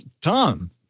Tom